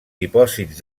dipòsits